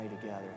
together